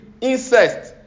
incest